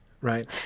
right